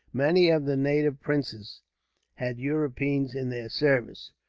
many of the native princes had europeans in their service.